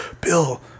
Bill